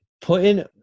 putting